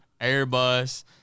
airbus